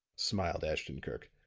smiled ashton-kirk.